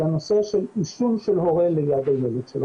לנושא של עישון של הורה ליד הילד שלו.